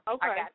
Okay